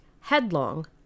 headlong